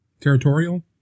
Territorial